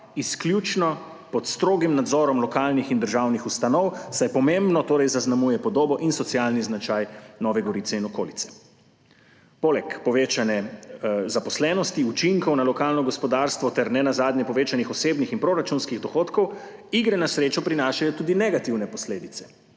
izključno pod strogim nadzorom lokalnih in državnih ustanov, saj pomembno zaznamuje podobo in socialni značaj Nove Gorice in okolice. Poleg povečane zaposlenosti, učinkov na lokalno gospodarstvo ter nenazadnje povečanih osebnih in proračunskih dohodkov igre na srečo prinašajo tudi negativne posledice